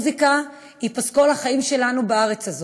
המוזיקה היא פסקול החיים שלנו בארץ הזאת.